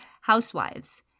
housewives